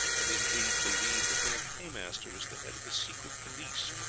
and indeed believe that their paymaster is the head of the secret police,